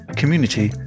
community